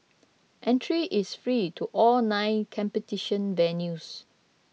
entry is free to all nine competition venues